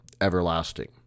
everlasting